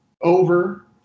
over